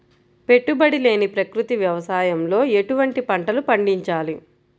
పెట్టుబడి లేని ప్రకృతి వ్యవసాయంలో ఎటువంటి పంటలు పండించాలి?